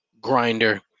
grinder